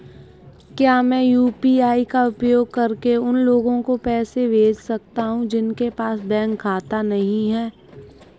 क्या मैं यू.पी.आई का उपयोग करके उन लोगों को पैसे भेज सकता हूँ जिनके पास बैंक खाता नहीं है?